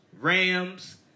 Rams